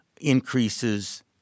increases